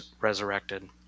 resurrected